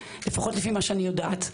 לפחות לפי מה שאני יודעת.